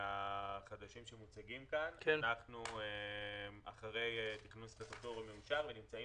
החדשים שמוצגים כאן אנחנו אחרי תכנון סטטוטורי מאושר ונמצאים